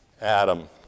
Adam